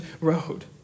road